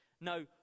No